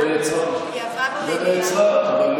וזהו, ונעצרה.